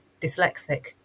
dyslexic